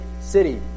city